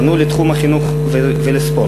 פנו לתחום החינוך ולספורט.